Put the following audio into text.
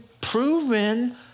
proven